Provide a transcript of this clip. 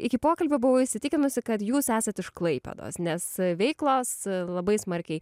iki pokalbio buvau įsitikinusi kad jūs esat iš klaipėdos nes veiklos labai smarkiai